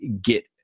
get